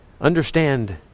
understand